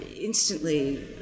instantly